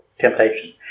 temptation